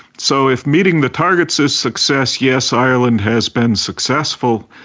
so if meeting the targets is success, yes, ireland has been successful.